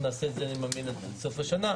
אני מאמין שנעשה את זה עד סוף השנה.